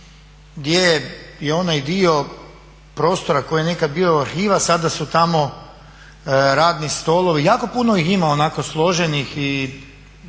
gdje je onaj dio prostora koji je nekad bio arhiva sada su tamo radni stolovi. Jako puno ih ima onako složenih i